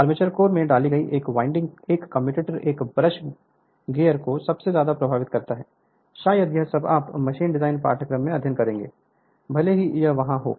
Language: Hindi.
आर्मेचर कोर में डाली गई एक वाइंडिंग एक कम्यूटेटर एक ब्रश गियर को सबसे ज्यादा प्रभावित करती है शायद यह सब आप मशीन डिजाइन पाठ्यक्रम में अध्ययन करेंगे भले ही यह वहां हो